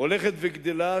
הולכת וגדלה,